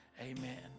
Amen